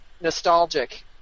nostalgic